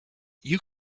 you